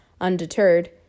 Undeterred